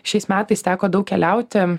šiais metais teko daug keliauti